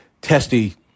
testy